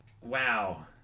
wow